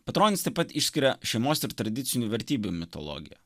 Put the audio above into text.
petronis taip pat išskiria šeimos ir tradicinių vertybių mitologiją